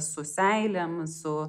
su seilėm su